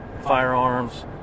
Firearms